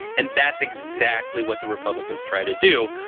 and that's exactly what the republicans tried to do.